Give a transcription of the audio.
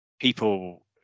People